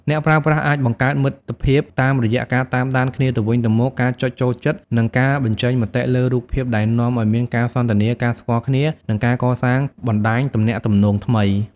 អ្នកប្រើប្រាស់អាចបង្កើតមិត្តភាពតាមរយៈការតាមដានគ្នាទៅវិញទៅមក ការចុចចូលចិត្ត និងការបញ្ចេញមតិលើរូបភាព ដែលនាំឱ្យមានការសន្ទនា ការស្គាល់គ្នា និងការកសាងបណ្ដាញទំនាក់ទំនងថ្មី។